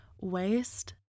waste